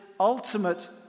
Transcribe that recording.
ultimate